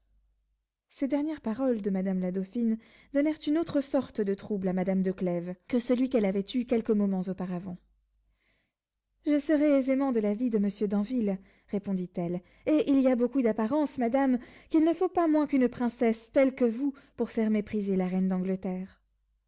ces dernières paroles de madame la dauphine donnèrent une autre sorte de trouble à madame de clèves que celui qu'elle avait eu quelques moments auparavant je serais aisément de l'avis de monsieur d'anville répondit-elle et il y a beaucoup d'apparence madame qu'il ne faut pas moins qu'une princesse telle que vous pour faire mépriser la reine d'angleterre